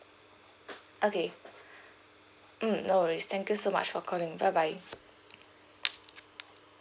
okay mm no worries thank you so much for calling bye bye